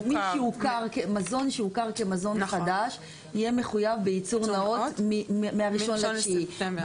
אלא מזון שהוכר כמזון חדש יהיה מחויב בייצור נאות מ-1 בספטמבר.